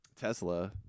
Tesla